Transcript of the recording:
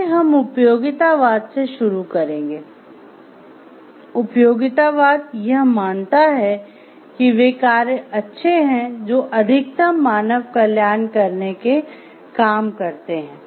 पहले हम उपयोगितावाद से शुरू करेंगे उपयोगितावाद यह मानता है कि वे कार्य अच्छे हैं जो अधिकतम मानव कल्याण करने के काम करते हैं